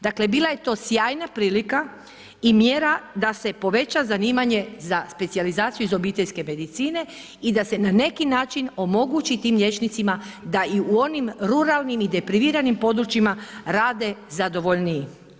Dakle bila je to sjajna prilika i mjera da se poveća zanimanje za specijalizaciju iz obiteljske medicine i da se na neki način omogući tim liječnicima da i u onim ruralnim i depriviranim područjima rade zadovoljniji.